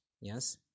yes